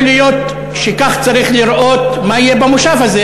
יכול להיות שכך צריך לראות מה יהיה במושב הזה.